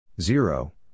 zero